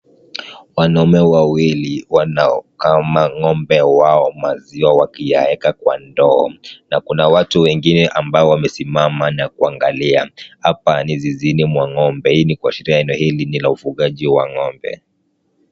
Wanaume wawili wanaokama ng'ombe wao maziwa wakiyaweka kwa ndoo na kuna watu wengine ambao wamesimama na kuangalia. Hapa ni zizini mwa ng'ombe. Hii ni kuashiria eneo hili ni la ufugaji wa ng'ombe.